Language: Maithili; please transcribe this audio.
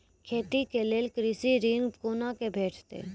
खेती के लेल कृषि ऋण कुना के भेंटते?